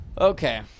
Okay